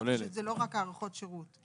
כלומר שזה לא רק הארכות שירות.